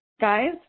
guys